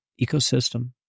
ecosystem